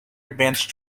advanced